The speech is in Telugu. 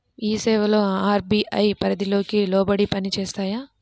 ఈ సేవలు అర్.బీ.ఐ పరిధికి లోబడి పని చేస్తాయా?